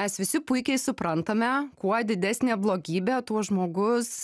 mes visi puikiai suprantame kuo didesnė blogybė tuo žmogus